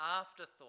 afterthought